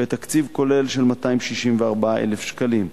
בתקציב כולל של 264,000 שקלים.